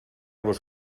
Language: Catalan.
vos